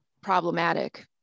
problematic